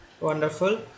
wonderful